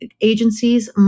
agencies